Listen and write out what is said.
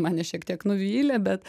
mane šiek tiek nuvylė bet